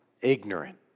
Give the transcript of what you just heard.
Ignorant